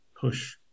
push